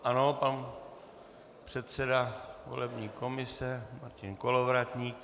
Ano, pan předseda volební komise Martin Kolovratník.